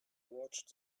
watched